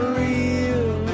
real